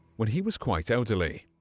when he was quite elderly.